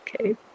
Okay